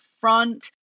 front